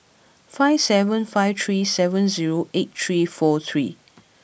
five seven five three seven zero eight three four three